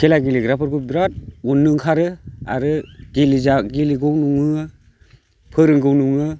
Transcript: खेला गेलेग्राफोरखौ बिराद अननो ओंखारो आरो गेलेगौ नङो फोरौंगौ नङो